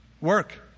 Work